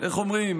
איך אומרים?